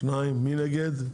מי נגד?